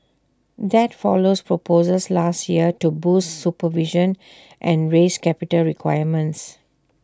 that follows proposals last year to boost supervision and raise capital requirements